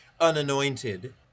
unanointed